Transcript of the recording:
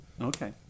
Okay